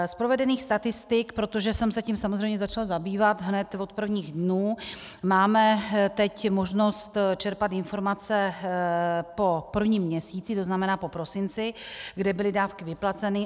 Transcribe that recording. Z provedených statistik protože jsem se tím samozřejmě začala zabývat hned od prvních dnů, máme teď možnost čerpat informace po prvním měsíci, to znamená po prosinci, kde byly dávky vyplaceny.